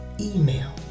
email